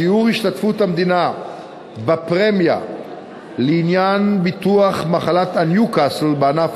שיעור השתתפות המדינה בפרמיה לעניין ביטוח מחלת הניוקסל בענף